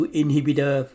inhibitor